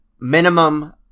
minimum